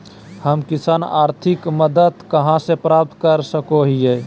हम किसान आर्थिक मदत कहा से प्राप्त कर सको हियय?